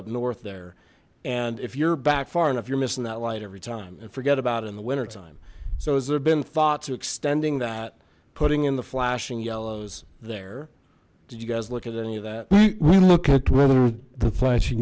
up north there and if you're back far enough you're missing that light every time and forget about it in the wintertime so has there been thought to extending that putting in the flashing yellows there did you guys look at any of that we look at whether the flashing